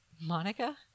Monica